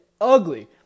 ugly